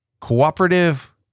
cooperative